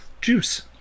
Juice